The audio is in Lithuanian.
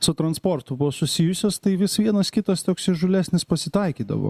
su transportu buvo susijusios tai vis vienas kitas toks įžūlesnis pasitaikydavo